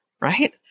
right